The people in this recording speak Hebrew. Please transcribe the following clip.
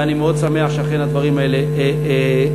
ואני מאוד שמח שאכן הדברים האלה קורים.